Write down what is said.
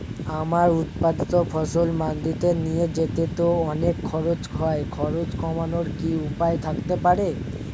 আমার উৎপাদিত ফসল মান্ডিতে নিয়ে যেতে তো অনেক খরচ হয় খরচ কমানোর কি উপায় থাকতে পারে?